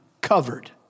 covered